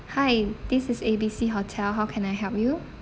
hi this is A B C hotel how can I help you